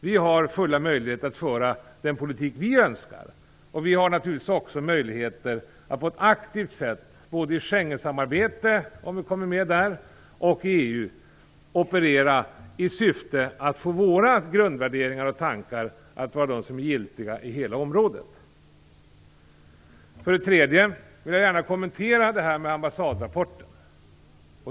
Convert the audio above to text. Vi har fulla möjligheter att föra den politik vi önskar, och vi har naturligtvis också möjligheter att på ett aktivt sätt, både i ett Schengensamarbete - om vi kommer med där - och i EU, operera i syfte att få våra grundvärderingar och tankar att vara de som är giltiga i hela området. Jag vill också gärna kommentera det här med ambassadrapporten.